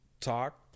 talk